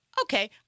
Okay